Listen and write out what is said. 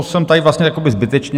Jsem tady vlastně jakoby zbytečně.